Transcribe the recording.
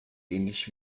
ähnlich